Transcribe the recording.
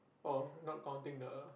oh not counting the